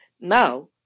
now